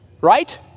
Right